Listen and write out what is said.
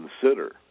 consider